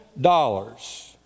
dollars